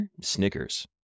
Snickers